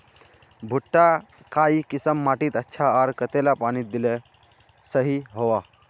भुट्टा काई किसम माटित अच्छा, आर कतेला पानी दिले सही होवा?